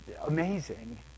amazing